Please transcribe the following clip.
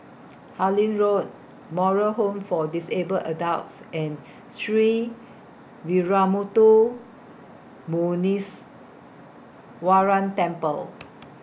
Harlyn Road Moral Home For Disabled Adults and Sree Veeramuthu Muneeswaran Temple